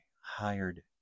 hired